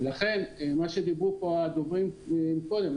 לכן מה שאמרו כאן הדוברים מקודם,